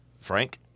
Frank